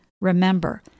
Remember